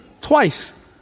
twice